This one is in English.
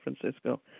Francisco